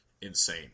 insane